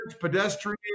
pedestrian